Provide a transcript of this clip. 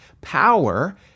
Power